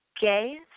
gay